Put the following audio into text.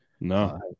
no